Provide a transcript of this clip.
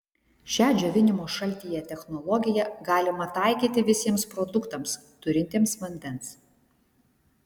šią džiovinimo šaltyje technologiją galima taikyti visiems produktams turintiems vandens